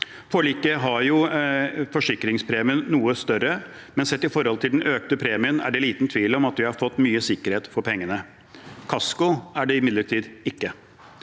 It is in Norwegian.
forliket er forsikringspremien noe større, men sett i forhold til den økte premien er det liten tvil om at vi har fått mye sikkerhet for pengene. Kasko er det imidlertid ikke.